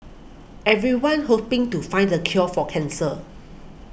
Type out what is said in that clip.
everyone's hoping to find the cure for cancer